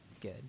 Good